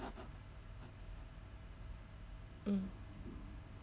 mm